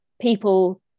people